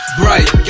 bright